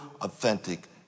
authentic